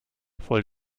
voll